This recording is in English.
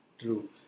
True